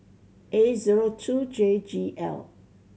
A zero two J G L